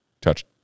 Touch